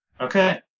Okay